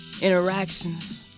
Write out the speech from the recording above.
interactions